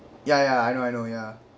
ya ya I know I know ya